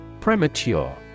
Premature